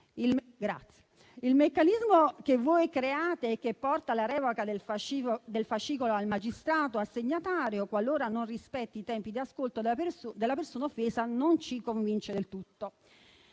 Il meccanismo che voi create e che porta alla revoca del fascicolo al magistrato assegnatario qualora non rispetti i tempi di ascolto della persona offesa non ci convince del tutto.